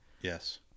Yes